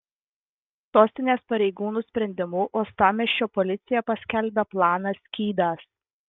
sostinės pareigūnų sprendimu uostamiesčio policija paskelbė planą skydas